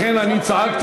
לכן אני צעקתי,